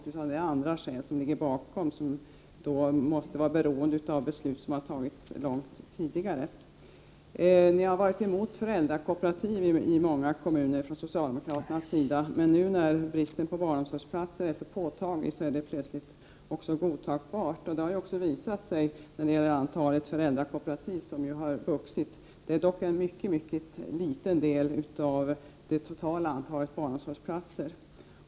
Det är andra skäl som ligger bakom som måste vara beroende av beslut som fattats långt tidigare. I många kommuner har man från socialdemokraternas sida varit emot föräldrakooperativ. Men nu när bristen på barnomsorgsplatser är så påtaglig är föräldrakooperativ plötsligt godtagbara. Det har också visat sig i antalet föräldrakooperativ som har vuxit fram. Det är dock en mycket liten del av det totala antalet barnomsorgsplatser.